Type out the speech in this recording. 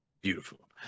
Beautiful